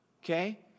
okay